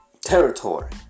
territory